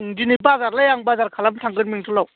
दिनै बाजारलै आं बाजार खालामनो थांगोन बेंथ'लाव